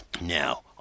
Now